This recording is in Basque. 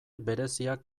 bereziak